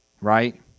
right